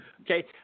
Okay